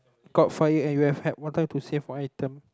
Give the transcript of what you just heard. caught fire and you have had one time to save one item